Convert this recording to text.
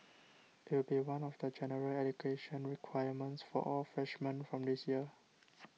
it will be one of the general education requirements for all freshmen from this year